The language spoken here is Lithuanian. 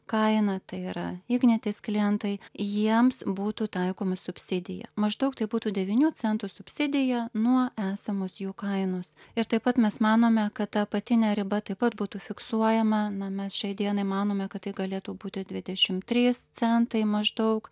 kainą tai yra ignitis klientai jiems būtų taikoma subsidija maždaug tai būtų devynių centų subsidija nuo esamos jų kainos ir taip pat mes manome kad ta apatinė riba taip pat būtų fiksuojama na mes šiai dienai manome kad tai galėtų būti dvidešim trys centai maždaug